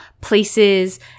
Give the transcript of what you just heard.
places